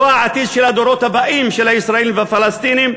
לא העתיד של הדורות הבאים של הישראלים והפלסטינים,